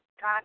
God